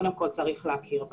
קודם כל צריך להכיר בה.